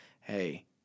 hey